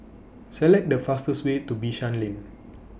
Select The fastest Way to Bishan Lane